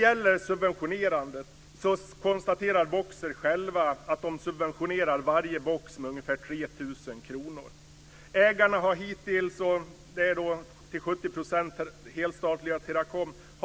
Boxer AB konstaterar självt att företaget subventionerar varje box med ungefär 3 000 kr. Ägarna har hittills - till 70 % helstatliga Teracom -